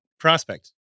Prospect